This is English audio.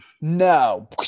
No